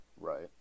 Right